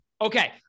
Okay